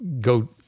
go